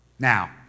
Now